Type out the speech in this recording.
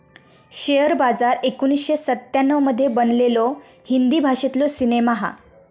share बाजार एकोणीसशे सत्त्याण्णव मध्ये बनलेलो हिंदी भाषेतलो सिनेमा हा